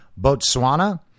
Botswana